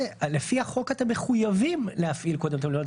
לפי החוק אתם מחויבים להפעיל קודם את המלוניות,